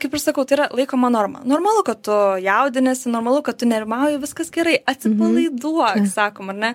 kaip ir sakau tai yra laikoma norma normalu kad tu jaudiniesi normalu kad tu nerimauji viskas gerai atsipalaiduok sakom ar ne